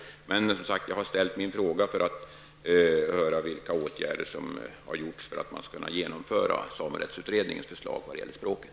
Men jag har som sagt ställt min fråga för att höra vilka åtgärder som har vidtagits för att man skall kunna genomföra samerättsutredningens förslag när det gäller språket.